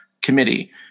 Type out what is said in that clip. committee